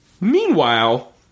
Meanwhile